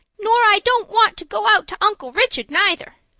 nor i don't want to go out to uncle richard neither.